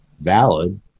valid